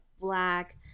black